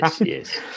yes